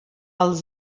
els